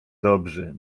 dobrzy